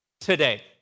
today